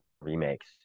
remakes